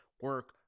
Work